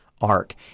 arc